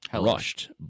rushed